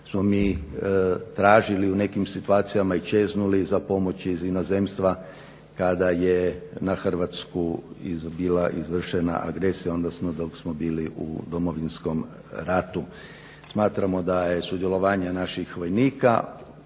smo mi tražili u nekim situacijama i čeznuli za pomoći iz inozemstva kada je na Hrvatsku bila izvršena agresija onda dok smo bili u Domovinskom ratu. Smatramo da je sudjelovanje naših vojnika